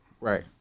Right